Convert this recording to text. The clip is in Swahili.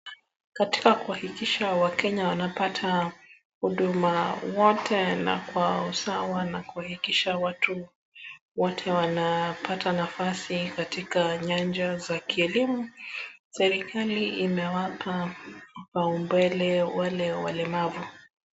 Katika kuhakikisha wakenya wanapata huduma wote na kwa usawa na kuhakikisha watu wote wanapata nafasi katika nyanja za kielimu serikali imewapa kipao mbele wale walemavu.